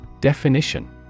Definition